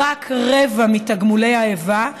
רק רבע מתגמולי האיבה,